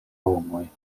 homoj